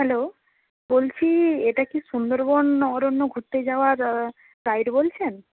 hello বলছি এটা কি সুন্দরবন অরণ্য ঘুরতে যাওয়ার গাইড বলছেন